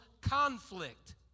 conflict